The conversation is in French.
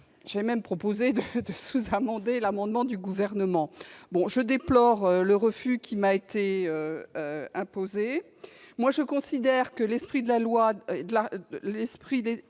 J'ai même proposé de sous-amender l'amendement du Gouvernement ! Je déplore le refus qui m'a été opposé. Je considère que l'esprit de l'article